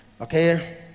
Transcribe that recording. Okay